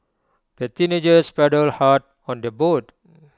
the teenagers paddled hard on their boat